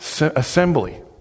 assembly